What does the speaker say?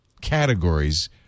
categories